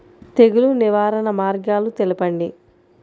తెగులు నివారణ మార్గాలు తెలపండి?